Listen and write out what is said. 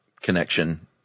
connection